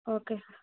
okay sir